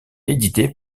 édité